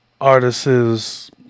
Artists